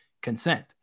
consent